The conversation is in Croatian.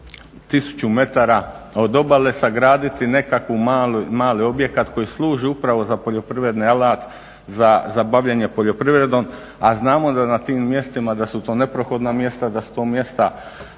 1000 metara od obale sagraditi nekakav mali objekat koji služi upravo za poljoprivredni alat za bavljenje poljoprivredom, a znamo da na tim mjestima, da su to neprohodna mjesta, da su to mjesta